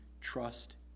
trust